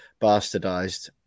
bastardized